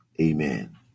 Amen